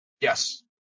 Yes